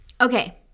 Okay